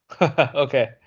Okay